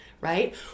right